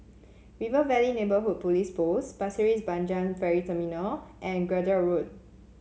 River Valley Neighbourhood Police Post Pasir's Panjang Ferry Terminal and Road